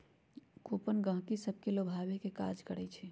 coupon गहकि सभके लोभावे के काज करइ छइ